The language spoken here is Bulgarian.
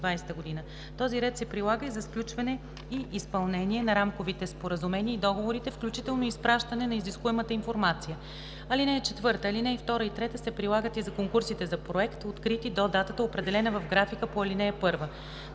Този ред се прилага и за сключване и изпълнение на рамковите споразумения и договорите, включително изпращане на изискуемата информация. (4) Алинеи 2 и 3 се прилагат и за конкурсите за проект, открити до датата, определена в графика по ал. 1.“ 2.